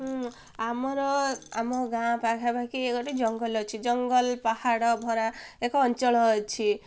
ଆମର ଆମ ଗାଁ ପାଖାପାଖି ଗୋଟେ ଜଙ୍ଗଲ ଅଛି ଜଙ୍ଗଲ ପାହାଡ଼ ଭରା ଏକ ଅଞ୍ଚଳ ଅଛି